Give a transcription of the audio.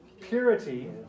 Purity